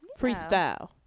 Freestyle